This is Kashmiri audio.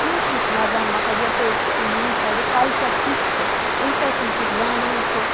ہِنٛٹ ہِش لَگان مَطلَب یَپٲرۍ ییٚمہِ سایڈُک کَلچَر کیُتھ چھُ امہِ سۭتۍ چھُ زانان سُہ